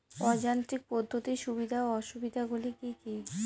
অযান্ত্রিক পদ্ধতির সুবিধা ও অসুবিধা গুলি কি কি?